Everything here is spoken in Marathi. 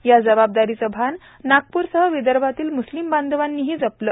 या जबाबदारीचं भान नागप्रसह विदर्भातील म्स्लीम बांधवांनीही जपलं